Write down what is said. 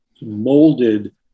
molded